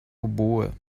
oboe